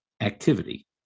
activity